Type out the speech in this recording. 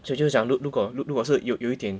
这就想如果如果是有有一点